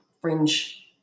fringe